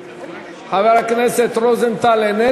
תמר, אנחנו מאוד נהנים